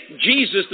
Jesus